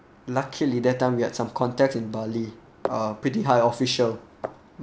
luckily that time we had some contacts in bali uh pretty high official